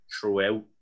throughout